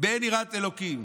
באין יראת אלוקים?